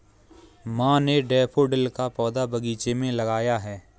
माँ ने डैफ़ोडिल का पौधा बगीचे में लगाया है